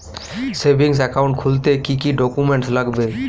Savings account খুলতে কি কি ডকুমেন্টস লাগবে?